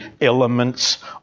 elements